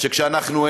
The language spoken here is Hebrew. שכשאנחנו,